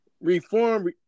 Reform